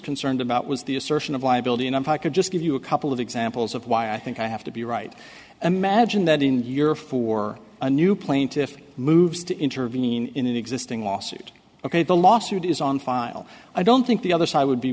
concerned about was the assertion of liability and i'm high could just give you a couple of examples of why i think i have to be right imagine that in the year for a new plaintiff moves to intervene in an existing lawsuit ok the lawsuit is on file i don't think the other side would be